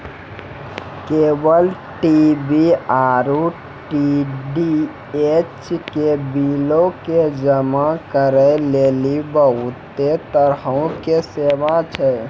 cable TV आरु DTH के बिलो के जमा करै लेली बहुते तरहो के सेवा छै